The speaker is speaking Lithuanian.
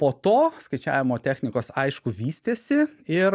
po to skaičiavimo technikos aišku vystėsi ir